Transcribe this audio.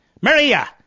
Maria